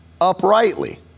uprightly